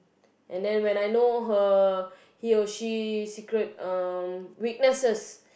and then when I know her he or she secret um weaknesses